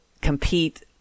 compete